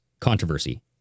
Controversy